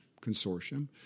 Consortium